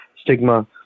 stigma